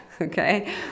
Okay